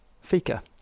fika